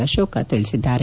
ಅಶೋಕ ತಿಳಿಸಿದ್ದಾರೆ